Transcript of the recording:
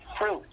fruit